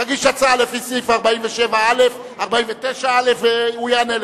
תגיש הצעה לפי סעיף 47א, 49א, והוא יענה לך.